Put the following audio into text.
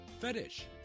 fetish